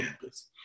campus